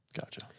Gotcha